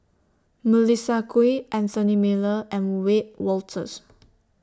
Melissa Kwee Anthony Miller and Wiebe Wolters